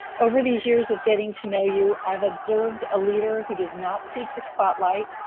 over these years of getting to know you, i've observed a leader who does not seek the spotlight,